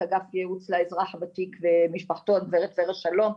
אגף יעוץ לאזרח ותיק ומשפחתו - הגברת ורה שלום,